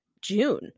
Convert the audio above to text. June